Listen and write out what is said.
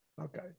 Okay